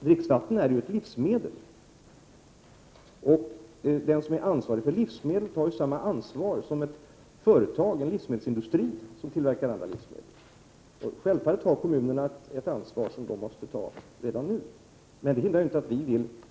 Dricksvatten är ju ett livsmedel, och den som är ansvarig för livsmedel tar samma ansvar som ett företag, som en livsmedelsindustri som tillverkar andra livsmedel. Självfallet har kommunerna ett ansvar som de måste ta redan nu.